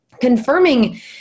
confirming